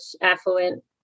affluent